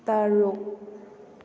ꯇꯔꯨꯛ